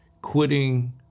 quitting